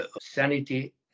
sanity